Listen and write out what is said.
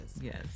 Yes